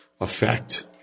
affect